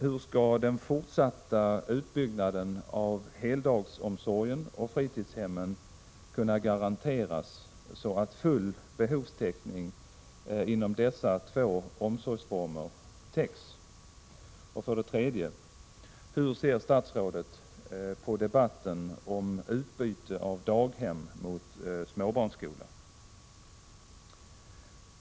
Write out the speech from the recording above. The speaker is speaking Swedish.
Hur skall den fortsatta utbyggnaden av heldagsomsorgen och fritidshemmen kunna garanteras så att full behovstäckning inom dessa två omsorgsformer uppnås? 3. Hurser statsrådet på debatten om utbyte av daghem mot småbarnsskola?